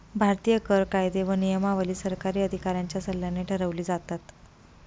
भारतीय कर कायदे व नियमावली सरकारी अधिकाऱ्यांच्या सल्ल्याने ठरवली जातात